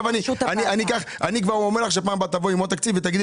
אני כבר אומר שפעם הבאה תבואי עם עוד תקציב ותגידי